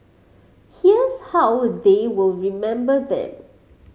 here's how they will remember them